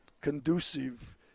conducive